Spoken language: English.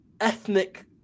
ethnic